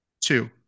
two